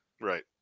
Right